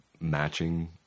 matching